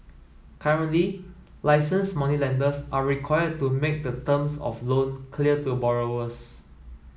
currently license moneylenders are required to make the terms of loan clear to borrowers